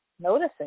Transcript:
noticing